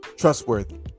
trustworthy